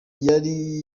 yari